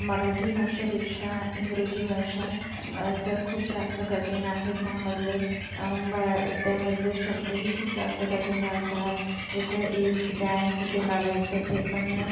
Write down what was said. मराठी भाषेपेक्षा इंग्रजी भाषा तर खूप जास्त कठीण आहे त्यामधले त्यामधले शब्दही खूप जास्त कठीण राहतात जसं इफ दॅन कुठे लावायचं ते पण